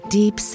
deep